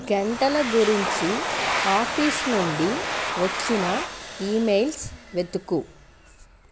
గంటల గురించి ఆఫీస్ నుండి వచ్చిన ఈమెయిల్స్ వెతుకు